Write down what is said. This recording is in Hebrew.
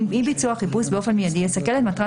אם אי-ביצוע החיפוש באופן מיידי יסכל את מטרת